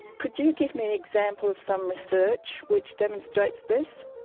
could you give me an example of some research which demonstrates this?